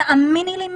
תאמיני לי,